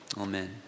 Amen